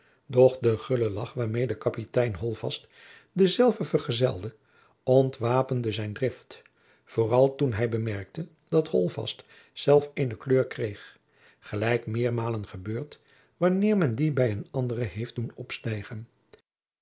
de gulle lagch waarmede kapitein holtvast dezelve vergezelde ontwapende zijn drift vooral toen hij bemerkte dat holtvast zelf eene kleur kreeg gelijk meermalen gebeurd wanneer men die bij een anderen heeft doen opstijgen